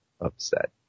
upset